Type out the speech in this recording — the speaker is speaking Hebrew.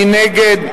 מי נגד?